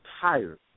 tired